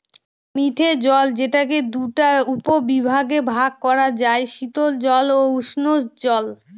মিঠে জল যেটাকে দুটা উপবিভাগে ভাগ করা যায়, শীতল জল ও উষ্ঞজল